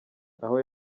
aho